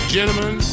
Gentlemen